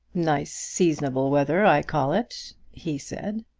nice seasonable weather, i call it, he said.